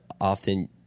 often